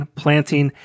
planting